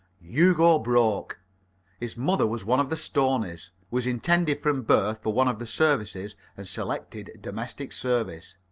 hugo broke his mother was one of the stoneys was intended from birth for one of the services and selected domestic service.